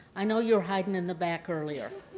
i know you were hiding in the back earlier.